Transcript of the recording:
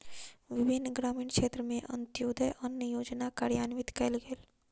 विभिन्न ग्रामीण क्षेत्र में अन्त्योदय अन्न योजना कार्यान्वित कयल गेल